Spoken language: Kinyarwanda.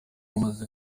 bamaze